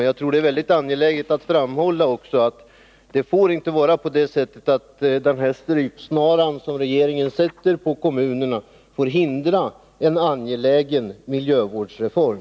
Men jag tror också att det är angeläget att framhålla att den strypsnara som regeringen sätter på kommunerna inte får hindra en angelägen miljövårdsreform.